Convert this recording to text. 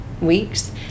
weeks